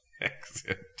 exit